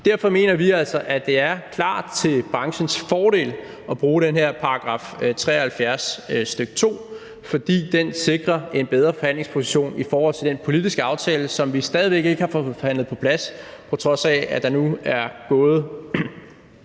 Derfor mener vi altså, at det klart er til branchens fordel at bruge den her § 73, stk. 2. Det sikrer en bedre forhandlingsposition i forhold til den politiske aftale, som vi stadig væk ikke har fået forhandlet på plads, på trods af at der nu er gået